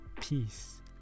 peace